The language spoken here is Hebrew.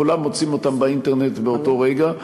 כולם מוצאים אותם באינטרנט באותו רגע.